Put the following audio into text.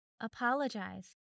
apologize